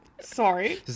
sorry